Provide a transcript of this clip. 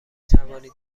توانید